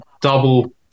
double